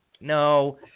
No